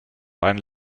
einen